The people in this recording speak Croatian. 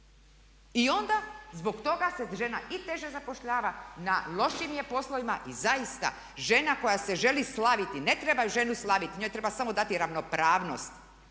I onda zbog toga se žena i teže zapošljava, na lošijim je poslovima. I zaista žena koja se želi slaviti, ne treba ženu slaviti, njoj samo treba dati ravnopravnost.